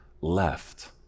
left